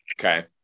Okay